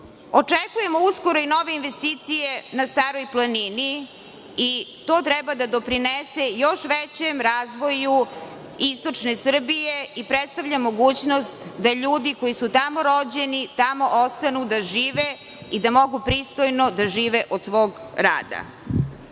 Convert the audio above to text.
Očekujemo uskoro i nove investicije na Staroj planini i to treba da doprinese još većem razvoju istočne Srbije i predstavlja mogućnost da ljudi koji su tamo rođeni tamo i ostanu da žive i da mogu pristojno da žive od svog rada. Ono